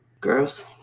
Gross